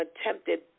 attempted